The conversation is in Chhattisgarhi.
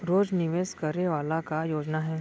रोज निवेश करे वाला का योजना हे?